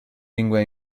lingua